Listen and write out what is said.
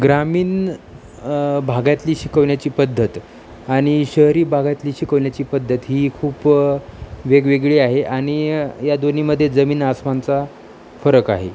ग्रामीण भागातली शिकवण्याची पद्धत आणि शहरी भागातली शिकवण्याची पद्धत ही खूप वेगवेगळी आहे आणि या दोन्हींमध्ये जमीन अस्मानाचा फरक आहे